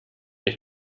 ich